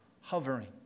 Hovering